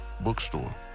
bookstore